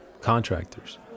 contractors